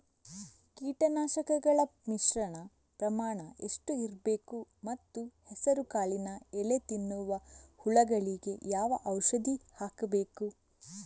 ಕೀಟನಾಶಕಗಳ ಮಿಶ್ರಣ ಪ್ರಮಾಣ ಎಷ್ಟು ಇರಬೇಕು ಮತ್ತು ಹೆಸರುಕಾಳಿನ ಎಲೆ ತಿನ್ನುವ ಹುಳಗಳಿಗೆ ಯಾವ ಔಷಧಿ ಹಾಕಬೇಕು?